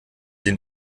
den